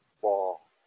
fall